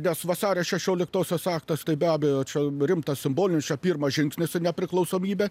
nes vasario šešioliktosios aktas tai be abejo čia rimtas simbolinis čia pirmas žingsnis į nepriklausomybę